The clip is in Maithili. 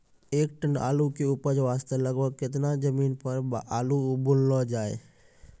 एक टन आलू के उपज वास्ते लगभग केतना जमीन पर आलू बुनलो जाय?